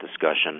discussion